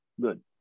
good